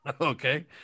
Okay